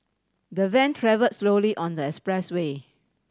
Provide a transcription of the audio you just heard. the van travel slowly on the expressway